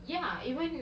now